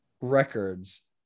records